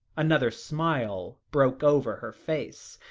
another smile broke over her face,